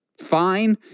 fine